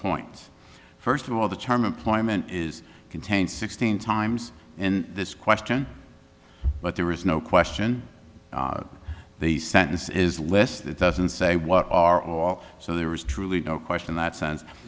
points first of all the term employment is contained sixteen times in this question but there is no question the sentence is less that doesn't say what are all so there is truly no question that sense